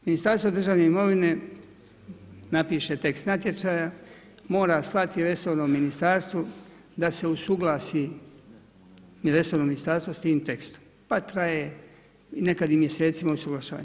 Ministarstvo državne imovine napiše tekst natječaja, mora slati resornom ministarstvu da se usuglasi resorno ministarstvo s tim tekstom pa traje nekad i mjesecima usuglašavanje.